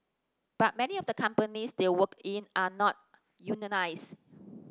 but many of the companies they work in are not unionised